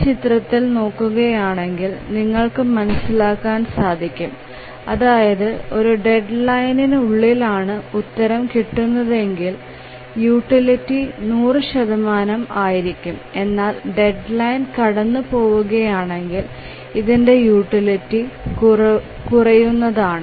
ഈ ചിത്രത്തിൽ നോക്കുകയാണെങ്കിൽ നിങ്ങൾക്ക് മനസ്സിലാക്കാൻ സാധിക്കും അതായത് ഒരു ഡെഡ്ലൈനിനു ഉള്ളിലാണ് ഉത്തരം കിട്ടുന്നതെങ്കിൽ യൂട്ടിലിറ്റി 100 ആയിരിക്കും എന്നാൽ ഡെഡ്ലൈൻ കടന്നു പോവുകയാണെങ്കിൽ ഇതിന്റെ യൂട്ടിലിറ്റി കുറയുന്നതാണ്